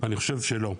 אני חושב שלא.